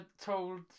told